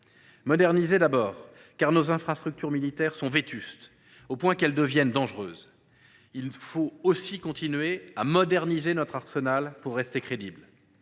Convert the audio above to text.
Moderniser d’abord, car nos infrastructures militaires sont vétustes au point qu’elles deviennent dangereuses. Il faut aussi continuer à moderniser notre arsenal pour rester crédibles.